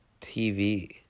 TV